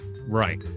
right